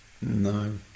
No